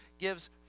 gives